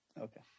Okay